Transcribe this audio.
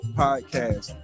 podcast